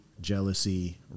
jealousy